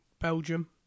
Belgium